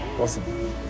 Awesome